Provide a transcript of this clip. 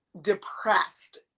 depressed